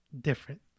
different